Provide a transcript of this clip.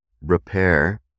repair